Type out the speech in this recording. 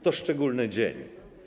To szczególny dzień.